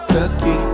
Cookie